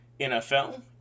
NFL